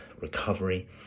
recovery